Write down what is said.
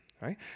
Right